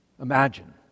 Imagine